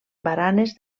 baranes